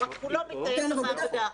הוא רק כולו מתנהל במעבדה.